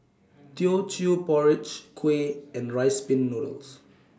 Teochew Porridge Kuih and Rice Pin Noodles